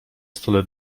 stole